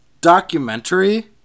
documentary